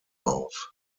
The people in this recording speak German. auf